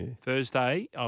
Thursday